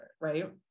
Right